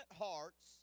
hearts